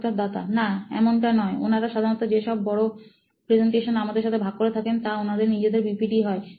সাক্ষাৎকারদাতা না এমনটা নয় ওনারা সাধারণত যে বড় প্রেজেন্টেশন আমাদের সাথে ভাগ করে থাকেন তা ওনাদের নিজেদের পিপিটি হয়